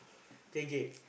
play game